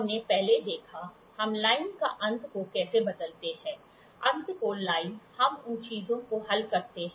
हमने पहले देखा हम लाइन का अंत को कैसे बदलते हैं अंत को लाइन हम उन चीजों को हल करते हैं